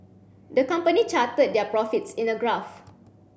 the company charted their profits in a graph